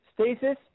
stasis